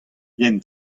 yen